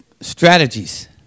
strategies